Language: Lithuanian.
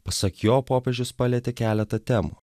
pasak jo popiežius palietė keletą temų